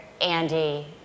Andy